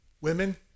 Women